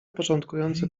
początkujący